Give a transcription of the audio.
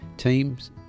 teams